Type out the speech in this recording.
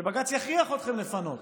שבג"ץ יכריח אתכם לפנות.